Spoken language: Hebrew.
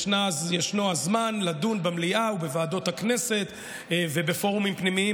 ישנו הזמן לדון במליאה ובוועדות הכנסת ובפורומים פנימיים